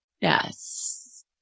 Yes